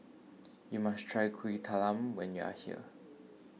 you must try Kuih Talam when you are here